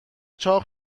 چاق